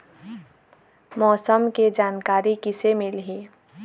मौसम के जानकारी किसे मिलही?